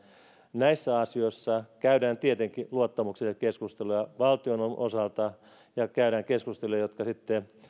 näissä asioissa käydään tietenkin luottamuksellisia keskusteluja valtion osalta ja käydään keskusteluja jotka sitten